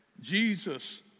Jesus